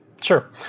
Sure